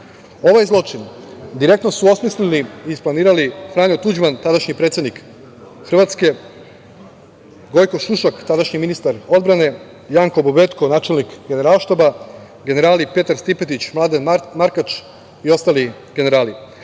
zločin direktno su osmislili i isplanirali Franjo Tuđman, tadašnji predsednik Hrvatske, Gojko Šušak, tadašnji ministar odbrane i Janko Bobetko, načelnik Generalštaba, generali Petar Stipetić, Mladen Markač i ostali generali.